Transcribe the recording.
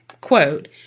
quote